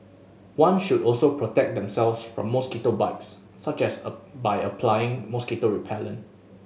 one should also protect themselves from mosquito bites such as a by applying mosquito repellent